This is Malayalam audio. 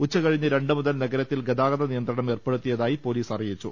ഉച്ചകഴിഞ്ഞ് രണ്ടു മുതൽ നഗരത്തിൽ ഗതാഗത നിയന്ത്രണം ഏർപ്പെടുത്തിയതായി പൊലീസ് അറിയിച്ചു